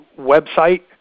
website